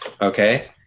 Okay